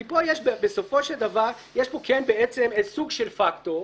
כי בסופו של דבר יש פה כן בעצם סוג של פקטור.